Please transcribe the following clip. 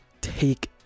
take